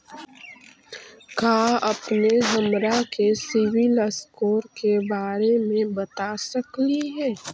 का अपने हमरा के सिबिल स्कोर के बारे मे बता सकली हे?